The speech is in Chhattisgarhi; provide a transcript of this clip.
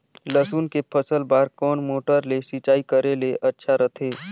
लसुन के फसल बार कोन मोटर ले सिंचाई करे ले अच्छा रथे?